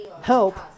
Help